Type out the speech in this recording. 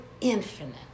infinite